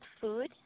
food